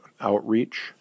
outreach